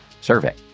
survey